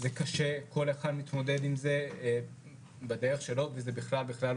זה קשה וכל אחד מתמודד עם זה בדרך שלו.